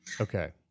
Okay